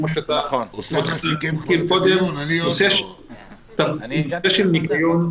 כמו שאתה מכיר מקודם --- נושא של ניקיון,